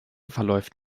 verläuft